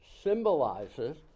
symbolizes